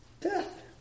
death